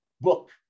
Book